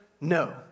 No